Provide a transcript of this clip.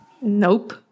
Nope